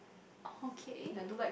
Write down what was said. okay